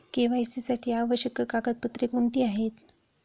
KYC साठी आवश्यक कागदपत्रे कोणती आहेत?